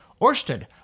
Orsted